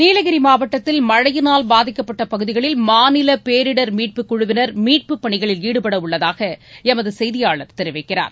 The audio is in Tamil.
நீலகிரி மாவட்டத்தில் மழையினால் பாதிக்கப்பட்ட பகுதிகளில் மாநில பேரிடர் மீட்பு குழுவினர் மீட்பு பணிகளில் ஈடுபட உள்ளதாக எமது செய்தியாளர் தெரிவிக்கிறார்